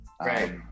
Right